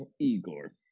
Igor